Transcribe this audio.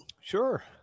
Sure